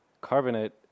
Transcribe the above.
Carbonate